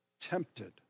tempted